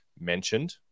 mentioned